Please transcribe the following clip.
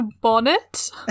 bonnet